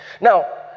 Now